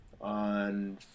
on